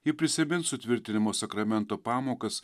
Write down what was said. ji prisimins sutvirtinimo sakramento pamokas